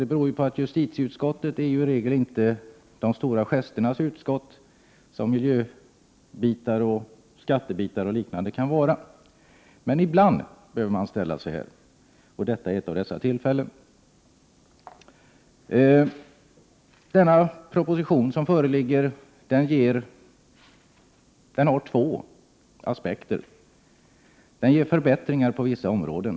Det beror på att justitieutskottet i regel inte är de stora gesternas utskott, såsom kan vara fallet när det gäller miljöoch skattefrågor. Ibland behöver man emellertid ställa sig här i talarstolen. Detta är ett av dessa tillfällen. Det finns två aspekter på den föreliggande propositionen. Den ger förbättringar på vissa områden.